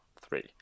three